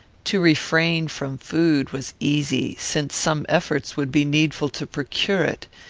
to refrain from food was easy, since some efforts would be needful to procure it,